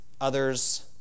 others